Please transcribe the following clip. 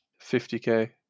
50K